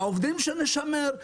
לעובדים שנשמר?